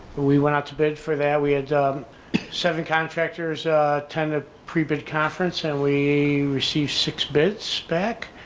we went out to bid for that we had seven contractors tender pre-bid conference and we receive six bids back.